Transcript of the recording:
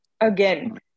again